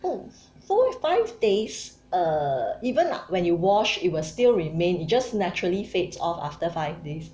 oh four five days err even when you wash it will still remain it just naturally fades off after five days oh okay okay just to cover